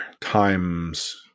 times